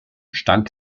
stank